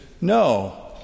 No